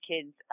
kids